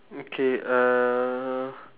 okay uh